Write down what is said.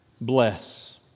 bless